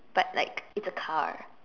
but like it's a car